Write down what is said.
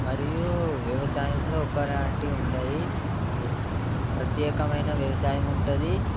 మరియు వ్యవసాయంలో ఒక లాంటి ఉండయి ప్రత్యేకమైన వ్యవసాయం ఉంటుంది